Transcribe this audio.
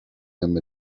them